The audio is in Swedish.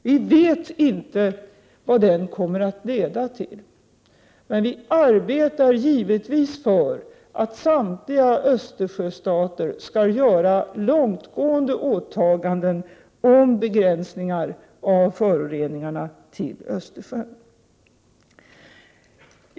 Vi vet inte vad den kommer att leda till, men vi arbetar givetvis för att samtliga Östersjöstater skall göra långtgående åtaganden om begränsningar av föroreningarna av Östersjön.